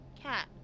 Cat